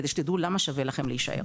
כדי שתדעו למה שווה לכם להשאר.